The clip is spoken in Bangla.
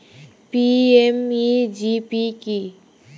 পি.এম.ই.জি.পি কি?